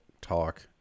talk